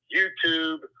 YouTube